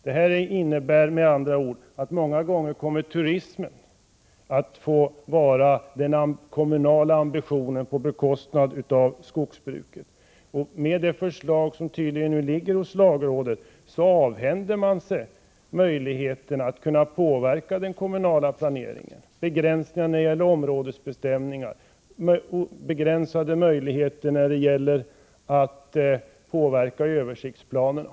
Detta innebär med andra ord att turismen många gånger kommer att bli den stora kommunala ambitionen på bekostnad av skogsbruket. Med det förslag som tydligen nu ligger hos lagrådet avhänder man sig möjligheten att påverka den kommunala planeringen genom begränsningar när det gäller områdesbestämningar och begränsade möjligheter när det gäller att påverka översiktsplanerna.